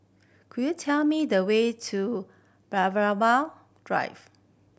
could you tell me the way to Drive